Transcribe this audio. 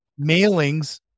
Mailings